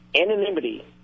anonymity